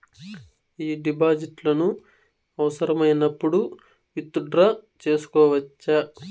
ఈ డిపాజిట్లను అవసరమైనప్పుడు విత్ డ్రా సేసుకోవచ్చా?